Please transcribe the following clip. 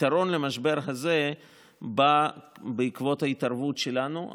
הפתרון למשבר הזה בא בעקבות ההתערבות שלנו,